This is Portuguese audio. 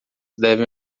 devem